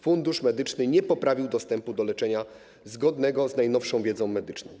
Fundusz Medyczny nie poprawił dostępu do leczenia zgodnego z najnowszą wiedzą medyczną.